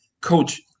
coach